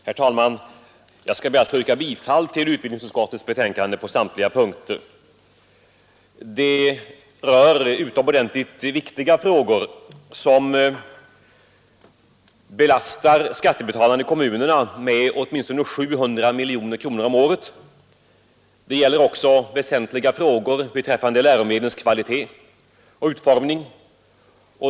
Herr talman! Jag skall be att få yrka bifall till utskottets hemställan på samtliga punkter. Det rör sig om ett utomordentligt viktigt ärende som belastar kommunerna med åtminstone 700 miljoner kronor om året. Det gäller också väsentliga frågor beträffande läromedlens kvalitet och utformning.